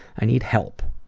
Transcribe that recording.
i need help.